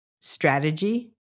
strategy